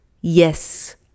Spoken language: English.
Yes